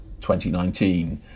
2019